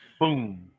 Boom